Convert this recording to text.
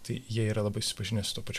tai jie yra labai susipažinę su tuo pačiu